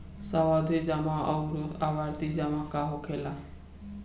सावधि जमा आउर आवर्ती जमा का होखेला?